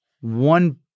one